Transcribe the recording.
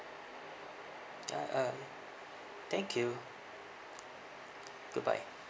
ya uh thank you goodbye